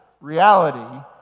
reality